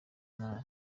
nabi